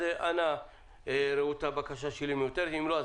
אז אנא ראו את הבקשה שלי מבוטלת ואם לא,